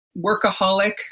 workaholic